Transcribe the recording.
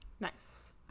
Nice